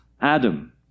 Adam